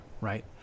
right